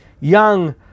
young